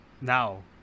now